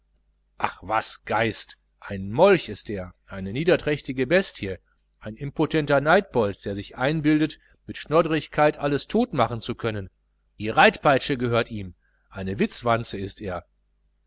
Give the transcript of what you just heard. ach was geist ein molch ist er eine niederträchtige bestie ein impotenter neidbold der sich einbildet mit schnoddrigkeit alles totmachen zu können die reitpeitsche gehört ihm eine witzwanze ist er